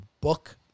book